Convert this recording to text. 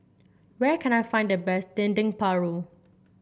where can I find the best Dendeng Paru